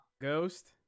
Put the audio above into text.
ghost